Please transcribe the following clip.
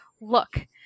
look